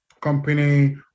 company